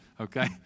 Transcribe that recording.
Okay